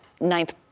ninth